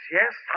yes